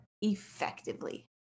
effectively